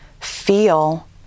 feel